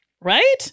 Right